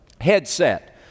headset